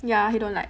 ya he don't like